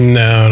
no